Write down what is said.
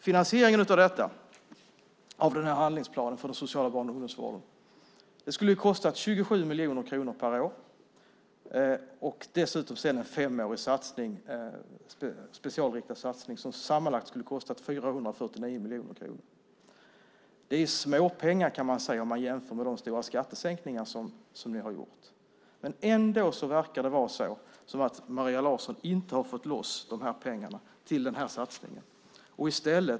Finansieringen av handlingsplanen för den sociala barn och ungdomsvården skulle ha kostat 27 miljoner kronor per år, och det skulle sedan ha varit en specialinriktad femårig satsning som sammanlagt skulle ha kostat 449 miljoner kronor. Det är småpengar i jämförelse med de stora skattesänkningar som ni har gjort. Ändå verkar det som att Maria Larsson inte har fått loss pengarna till denna satsning.